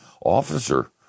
Officer